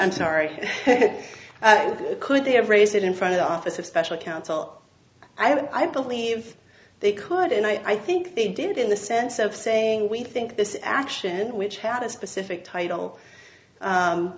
i'm sorry could they have raised it in front of the office of special counsel i believe they could and i think they did in the sense of saying we think this action which had a specific title